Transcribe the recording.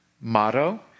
motto